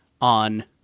on